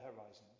horizons